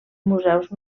museus